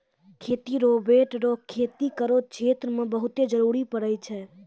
खेती रोवेट रो खेती करो क्षेत्र मे बहुते जरुरी पड़ै छै